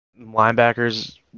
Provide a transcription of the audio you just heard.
linebackers